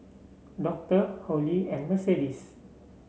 Doctor Holli and Mercedes